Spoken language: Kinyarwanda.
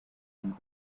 ngo